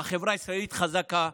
החברה הישראלית חזקה.